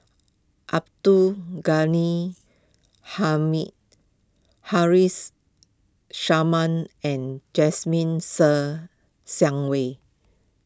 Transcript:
Abdul Ghani Hamid Harris Sharma and Jasmine Ser Xiang Wei